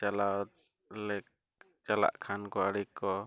ᱪᱟᱞᱟᱣ ᱞᱮᱠ ᱪᱟᱞᱟᱜ ᱠᱷᱟᱱ ᱠᱚ ᱟᱹᱰᱤ ᱠᱚ